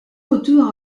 retour